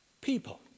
People